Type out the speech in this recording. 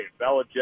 Belichick